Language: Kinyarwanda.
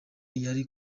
yari